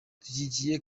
dushyigikiye